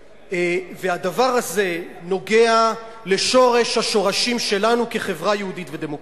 הדבר הזה נוגע לשורש השורשים שלנו כחברה יהודית ודמוקרטית.